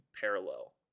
parallel